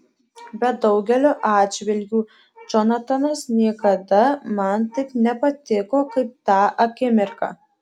bet daugeliu atžvilgių džonatanas niekada man taip nepatiko kaip tą akimirką